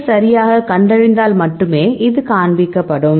இந்த விஷயத்தில் வரிசையாக்க விருப்பத்தை பயன்படுத்தலாம்